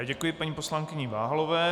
Děkuji paní poslankyni Váhalové.